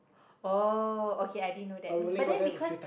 oh okay I didn't know that but then because